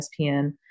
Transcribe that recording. ESPN